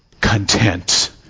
content